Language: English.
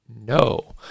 no